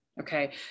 Okay